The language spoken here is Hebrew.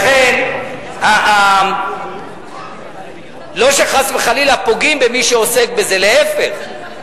ולכן, לא שחס וחלילה פוגעים במי שעוסק בזה, להיפך.